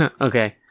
Okay